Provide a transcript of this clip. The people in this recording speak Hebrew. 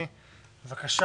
חוק ומשפט,